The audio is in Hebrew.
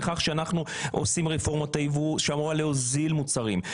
ידי רפורמת הייבוא שאמורה להוזיל מוצרים.